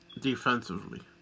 Defensively